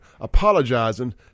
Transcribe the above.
apologizing